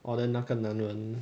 orh then 那个男人